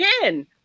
again